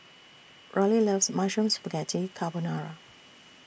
Rollie loves Mushroom Spaghetti Carbonara